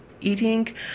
eating